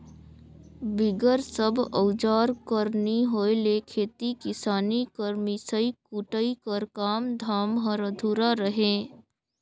बिगर सब अउजार कर नी होए ले खेती किसानी कर मिसई कुटई कर काम धाम हर अधुरा रहें